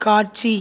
காட்சி